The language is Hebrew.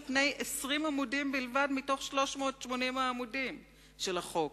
פני 20 עמודים בלבד מתוך 380 העמודים של החוק.